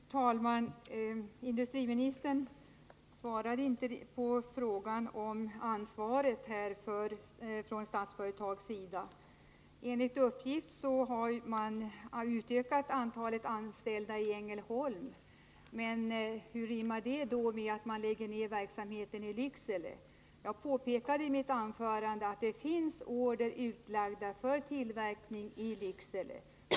Fru talman! Industriministern svarade inte på frågan om ansvaret när det gäller Statsföretag. Enligt uppgift har man utökat antalet anställda i Ängelholm. Hur rimmar det med att man lägger ner verksamheten i Lycksele? Jag påpekade i mitt anförande att det finns order utlagda för tillverkning i Lycksele.